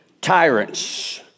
tyrants